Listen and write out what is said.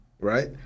right